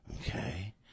Okay